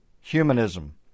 humanism